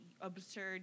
absurd